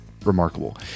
remarkable